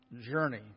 journey